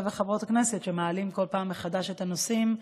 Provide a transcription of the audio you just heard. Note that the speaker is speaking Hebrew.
וחברות הכנסת שמעלים כל פעם מחדש את הנושאים,